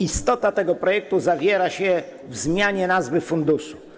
Istota tego projektu zawiera się w zmianie nazwy funduszu.